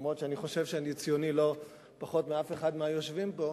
למרות שאני חושב שאני ציוני לא פחות מכל אחד מהיושבים פה,